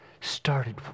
started